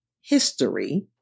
history